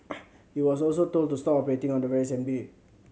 it was also told to stop operating on the very same day